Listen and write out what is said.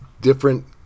different